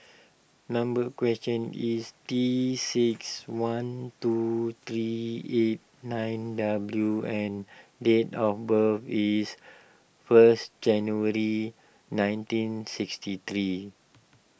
number question is T six four one two three eight nine W and date of birth is first January nineteen sixty three